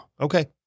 Okay